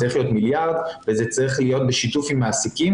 זה צריך להיות מיליארד וזה צריך להיות בשיתוף עם מעסיקים